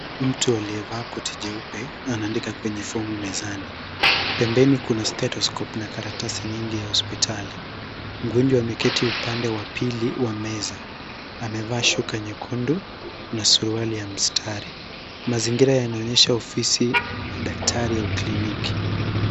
Mtu aliyevaa koti jeupe anaandika kwenye fomu mezani. Pembeni kuna stethoscope na karatasi nyingi ya hospitali. Mgonjwa ameketi upande wa pili wa meza . Amevaa shuka nyekundu na suruali ya mstari. Mazingira yanaonyesha ofisi ya daktari au kliniki.